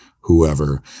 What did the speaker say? whoever